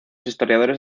historiadores